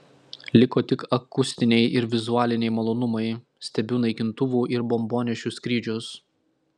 liko tik akustiniai ir vizualiniai malonumai stebiu naikintuvų ir bombonešių skrydžius